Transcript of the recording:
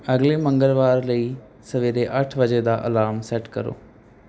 ਅਗਲੇ ਮੰਗਲਵਾਰ ਲਈ ਸਵੇਰੇ ਅੱਠ ਵਜੇ ਦਾ ਅਲਾਰਮ ਸੈੱਟ ਕਰੋ